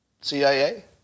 CIA